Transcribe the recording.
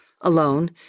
alone